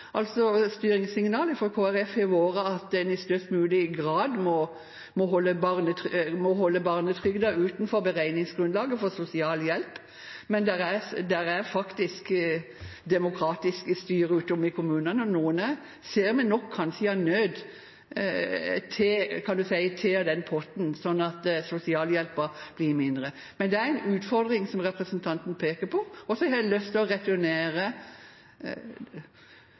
har vært at en i størst mulig grad må holde barnetrygden utenfor beregningsgrunnlaget for sosialhjelp. Men det er faktisk et demokratisk styre ute i kommunene. Noen ser vi kanskje av nød tar av den potten, sånn at sosialhjelpen blir mindre. Men det er en utfordring som representanten peker på. Så har jeg lyst til å returnere